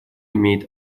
имеет